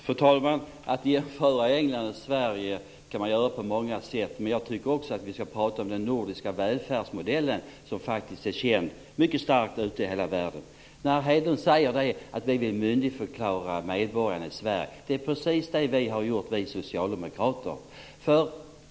Fru talman! Att jämföra Storbritannien och Sverige kan man göra på många sätt, men jag tycker också att vi ska prata om den nordiska välfärdsmodellen som faktiskt är mycket känd ute i hela världen. Hedlund säger att moderaterna vill myndigförklara medborgarna i Sverige. Det är precis det vi har gjort, vi socialdemokrater.